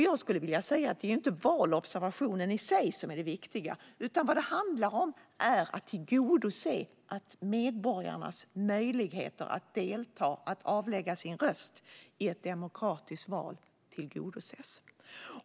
Jag skulle vilja säga att det inte är valobservationen i sig som är det viktiga, utan vad det handlar om är att medborgarnas möjligheter att avlägga sin röst i ett demokratiskt val tillgodoses.